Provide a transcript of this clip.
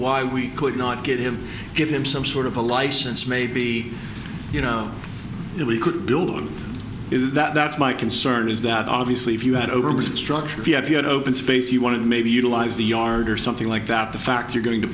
why we could not get him to give him some sort of a license maybe you know we could build on that that's my concern is that obviously if you had over the structure if you have you had open space you wanted maybe utilize the yard or something like that the fact you're going to